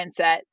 mindset